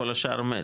כל השאר מת,